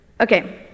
Okay